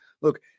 look